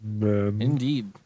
Indeed